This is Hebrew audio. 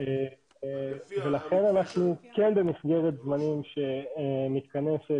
--- ולכן אנחנו כן במסגרת זמנים שמתכנסת,